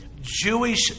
Jewish